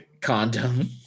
condom